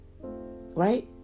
right